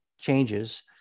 changes